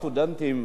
גם לעולם הסטודנטים.